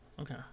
Okay